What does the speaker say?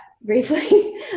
Briefly